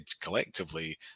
collectively